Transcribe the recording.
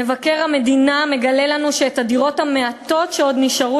מבקר המדינה מגלה לנו שאת הדירות המעטות שעוד נשארו